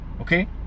Okay